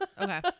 Okay